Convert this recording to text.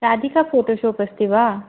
Radhika photo shop अस्ति वा